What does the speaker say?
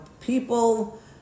people